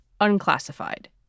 unclassified